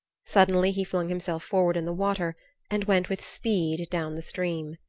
suddenly he flung himself forward in the water and went with speed down the stream.